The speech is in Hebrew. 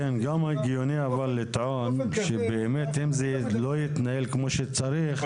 הגיוני לטעון שאם זה לא יתנהל כמו שצריך,